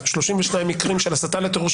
32 מקרים של הסתה לטרור,